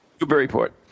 Newburyport